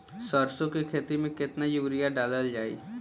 सरसों के खेती में केतना यूरिया डालल जाई?